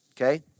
Okay